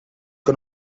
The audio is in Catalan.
que